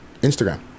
Instagram